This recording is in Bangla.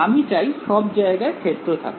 আমি চাই সব জায়গায় ক্ষেত্র থাকুক